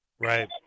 Right